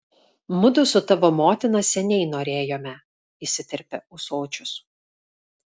mudu su tavo motina seniai norėjome įsiterpia ūsočius